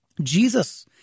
Jesus